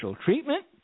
treatment